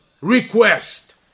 request